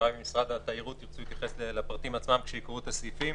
משרד התיירות ירצו להתייחס לפרטים עצמם כשיקראו את הסעיפים.